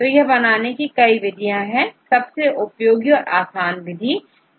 तो यह बनाने के लिए कई विधियां है सबसे उपयोगी और आसान विधिUPGMA है